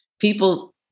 People